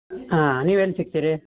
ಹಾಂ ನೀವೆಲ್ಲಿ ಸಿಗ್ತೀರಿ